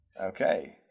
Okay